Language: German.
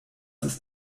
ist